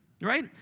Right